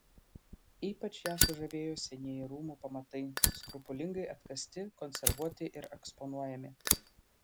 ypač ją sužavėjo senieji rūmų pamatai skrupulingai atkasti konservuoti ir eksponuojami